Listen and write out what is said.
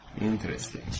Interesting